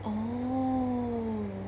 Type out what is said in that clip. oh